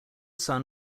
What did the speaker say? son